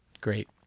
Great